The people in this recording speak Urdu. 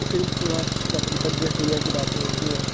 پھر وہاں ٹپری پر دیش دنیا کی باتیں ہوتی ہیں